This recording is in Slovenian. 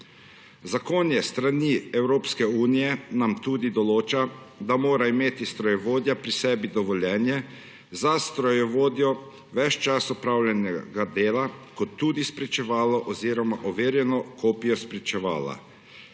Zakonje s strani Evropske unije nam tudi določa, da mora imeti strojevodja pri sebi dovoljenje za strojevodjo ves čas opravljanja dela in tudi spričevalo oziroma overjeno kopijo spričevala.